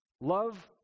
love